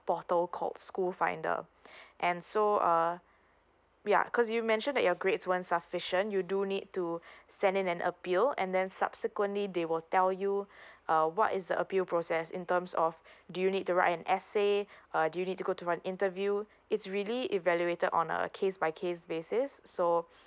portal called school finder and so uh ya cause you mention that your grades when sufficient you do need to send in an appeal and then subsequently they will tell you uh what is the appeal process in terms of do you need to write an essay uh do you need to go to run interview it's really evaluated on a case by case basis so